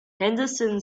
henderson